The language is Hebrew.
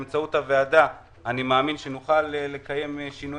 אני מאמין שבאמצעות הוועדה נוכל לעזור